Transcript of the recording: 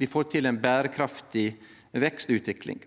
dei får til ei berekraftig vekstutvikling.